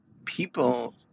People